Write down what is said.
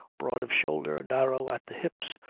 broad of shoulder, narrow at the hips,